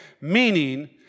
meaning